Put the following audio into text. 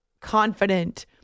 confident